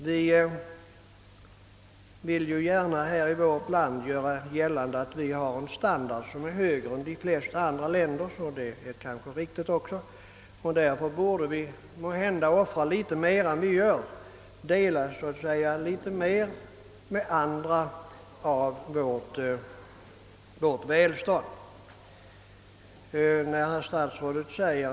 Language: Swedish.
Vi vill gärna göra gällande att vårt lands standard är högre än de flesta andra länders, Det är kanske riktigt, men då borde vi också offra mer än andra länder och dela med oss litet mer av vårt välstånd.